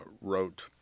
wrote